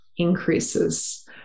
increases